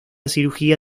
cirugía